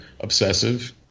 obsessive